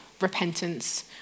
repentance